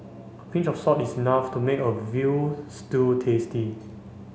a pinch of salt is enough to make a veal stew tasty